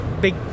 big